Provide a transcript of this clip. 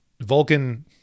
Vulcan